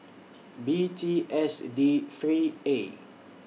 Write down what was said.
B T S A D three A